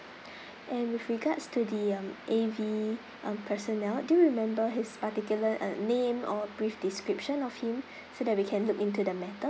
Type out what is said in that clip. and with regards to the um A_V um personnel do you remember his particular uh name or brief description of him so that we can look into the matter